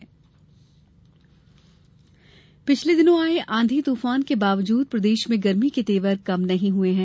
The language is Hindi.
मौसम पिछले दिनों आये आंधी तूफान के बावजूद प्रदेश में गर्मी के तेवर कम नहीं हुए हैं